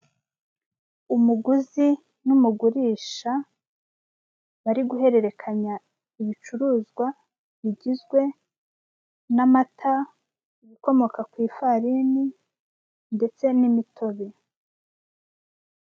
Umuguzi n'umugurisha bari guhererekanya ibicuruzwa bigizwe n'amata, ibikomoka ku ifarini ndetse n'imitobe.